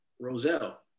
Roselle